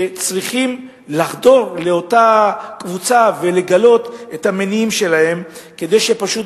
וצריכים לחדור לאותה קבוצה ולגלות את המניעים שלהם כדי שפשוט